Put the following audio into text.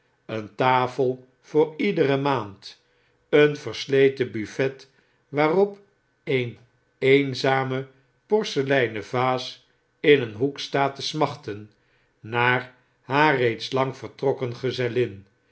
een tafel voor iedere maand een versleten buffet waarop een eenzame porseleinen vaas in een hoek staat te smachten naar haar reeds lang vertrokken gezellin en